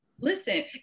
listen